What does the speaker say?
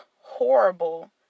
horrible